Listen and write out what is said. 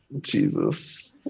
Jesus